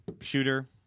Shooter